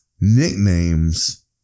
Nicknames